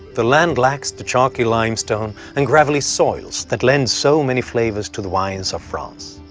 the land lacks the chalky limestone and gravelly soils that lend so many flavors to the wines of france.